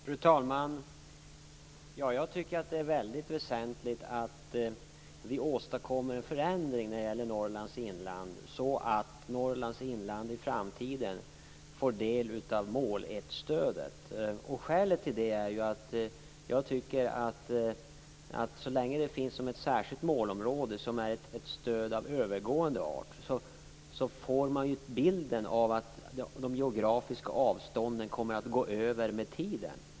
Fru talman! Jag tycker att det är väldigt väsentligt att vi åstadkommer en förändring när det gäller Norrlands inland så att Norrlands inland i framtiden får del av Mål 1-stödet. Skälet till detta är att jag tycker att så länge Norrlands inland betraktas som ett särskilt målområde - som är ett stöd av övergående art - får man bilden av att de geografiska avstånden kommer att minska med tiden.